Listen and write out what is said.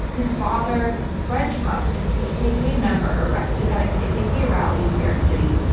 his father, fred trump, a kkk member, arrested at a kkk rally in new york city,